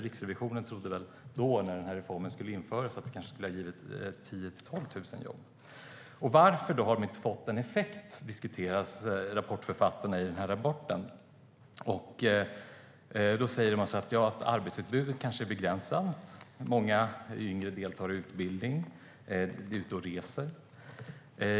När reformen infördes trodde Riksrevisionen att det skulle ge 10 000-12 000 jobb. I rapporten diskuterar rapportförfattarna varför sänkningen inte har fått någon effekt. De säger att arbetsutbudet kanske är begränsat och att många yngre deltar i utbildning eller är ute och reser.